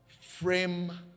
frame